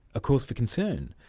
a cause for concern?